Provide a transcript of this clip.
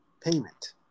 payment